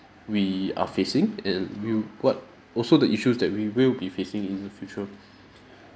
we are facing and we what also the issues that we will be facing in the future